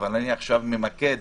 אבל אני עכשיו ממקד